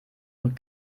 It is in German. und